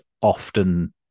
often